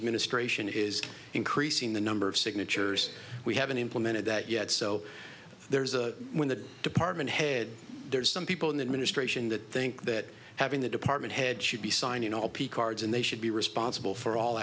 administration is increasing the number of signatures we haven't implemented that yet so there's a when the department head there's some people in the administration that think that having the department heads should be signing all p cards and they should be responsible for all